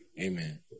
Amen